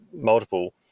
multiple